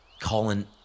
Colin